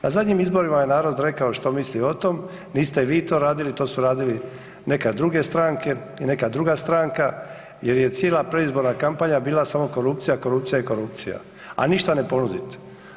Na zadnjim izborima je narod rekao što misli o tom, niste vi to radili, to su radili neka druge stranke i neka druga stranka jer je cijela predizborna kampanja bila samo korupcija, korupcija i korupcija, a ništa ne ponudit.